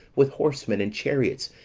with horsemen, and chariots,